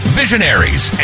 visionaries